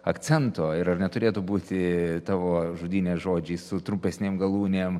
akcento ir ar neturėtų būti tavo žodyne žodžiai su trumpesnėm galūnėm